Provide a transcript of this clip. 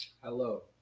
Hello